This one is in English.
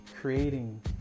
creating